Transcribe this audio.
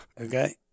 Okay